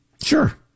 Sure